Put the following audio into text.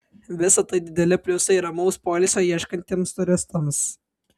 visa tai dideli pliusai ramaus poilsio ieškantiems turistams